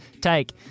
take